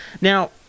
Now